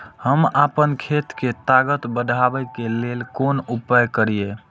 हम आपन खेत के ताकत बढ़ाय के लेल कोन उपाय करिए?